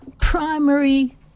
primary